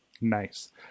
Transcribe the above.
nice